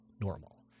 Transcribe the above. normal